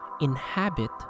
Inhabit